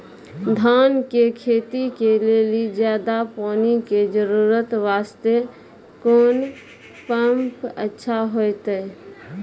धान के खेती के लेली ज्यादा पानी के जरूरत वास्ते कोंन पम्प अच्छा होइते?